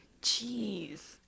Jeez